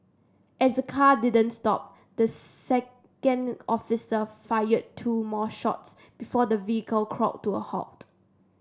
as the car didn't stop the second officer fired two more shots before the vehicle crawled to a halt